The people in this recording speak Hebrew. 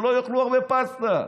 שלא יאכלו הרבה פסטה.